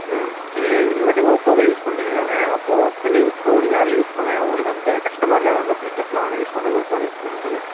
ம் நீங்கள் இதுக்கு முன்னாடி ஓப்போவே யூஸ் பண்ணிங்க தானே அப்போ இப்போ நியூ இப்போவும் நீங்கள் அதை யூஸ் பண்ணுங்கள் உங்களுக்கு அந்த கஸ்டமாக இருக்காது அந்த ஃப்யூச்சர்ஸ் எல்லாம் யூஸ் பண்ணுறது ஓப்போவில யூஸ் பண்ணுறது